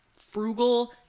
frugal